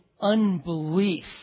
unbelief